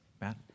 Matt